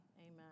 Amen